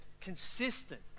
consistent